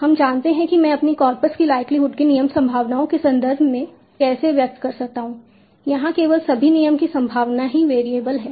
हम जानते हैं कि मैं अपनी कॉर्पस की लाइक्लीहुड को नियम संभावनाओं के संदर्भ में कैसे व्यक्त कर सकता हूं यहां केवल सभी नियम की संभावनाएं ही वेरिएबल हैं